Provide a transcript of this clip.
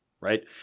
right